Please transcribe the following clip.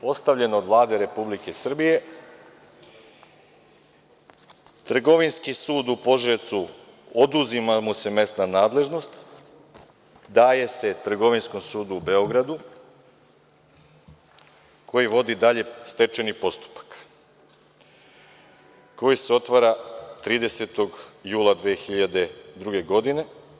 Postavljen od Vlade Republike Srbije, Trgovinski sud u Požarevcu oduzima mu se mesna nadležnost, da je se Trgovinskom sudu u Beogradu koji vodi dalje stečajni postupak, koji se otvara 30. jula 2002. godine.